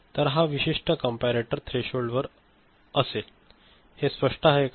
तर हा विशिष्ट कॅम्परेटोर थ्रेशोल्ड वर असेल हे स्पष्ट आहे का